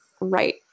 right